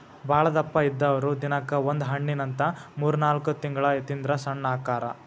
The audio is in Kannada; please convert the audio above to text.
ಬಾಳದಪ್ಪ ಇದ್ದಾವ್ರು ದಿನಕ್ಕ ಒಂದ ಹಣ್ಣಿನಂತ ಮೂರ್ನಾಲ್ಕ ತಿಂಗಳ ತಿಂದ್ರ ಸಣ್ಣ ಅಕ್ಕಾರ